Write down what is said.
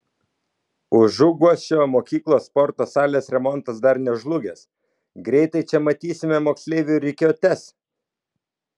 užuguosčio mokyklos sporto salės remontas dar nežlugęs greitai čia matysime moksleivių rikiuotes